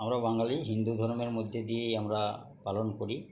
আমরা বাঙালি হিন্দু ধর্মের মধ্যে দিয়েই আমরা পালন করি